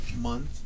month